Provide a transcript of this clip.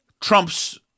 Trump's